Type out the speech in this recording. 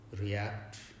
react